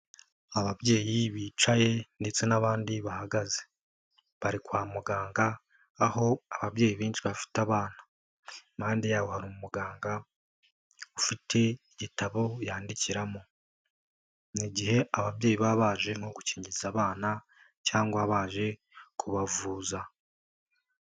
Ababyeyi bicaye ndetse n'abandi bahagaze. Bari kwa muganga, aho ababyeyi benshi bafite abana. Impande yabo hari umuganga, ufite igitabo yandikiramo. Ni igihe ababyeyi baba baje nko gukingiza abana, cyangwa baje kubavuza.